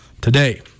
today